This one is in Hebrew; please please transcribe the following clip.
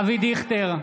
אבי דיכטר,